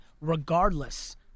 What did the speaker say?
regardless